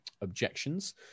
objections